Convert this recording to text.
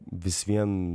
vis vien